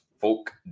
folk